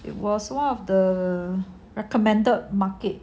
it was one of the recommended market